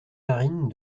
marines